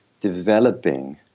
developing